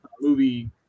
movie